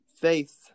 faith